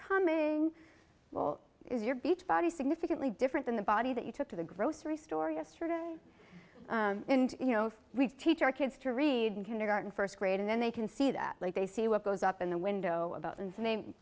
well is your beach body significantly different than the body that you took to the grocery store yesterday and you know we teach our kids to read in kindergarten first grade and then they can see that like they see what goes up in the window about